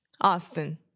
Austin